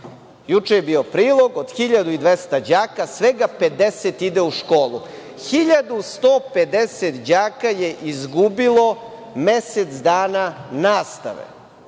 Juče je bio prilog, od 1200 đaka, svega 50 ide u školu. Hiljadu 150 đaka je izgubilo mesec dana nastave.